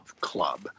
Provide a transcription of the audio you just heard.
club